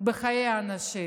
בחיי האנשים.